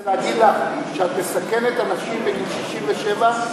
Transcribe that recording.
כדי להגיד לך שאת מסכנת אנשים בגיל 67,